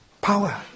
power